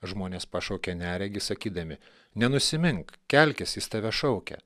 žmonės pašaukė neregį sakydami nenusimink kelkis jis tave šaukia